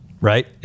right